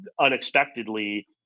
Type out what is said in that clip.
unexpectedly